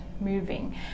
moving